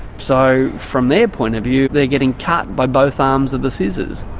so from their point of view, they're getting cut by both arms of the scissors.